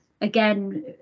Again